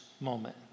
moment